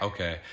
Okay